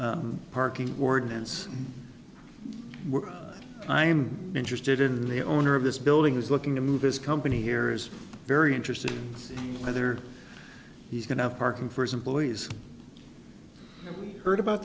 parking ordinance i'm interested in the owner of this building is looking to move his company here is very interesting whether he's going to have parking for his employees heard about